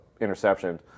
interception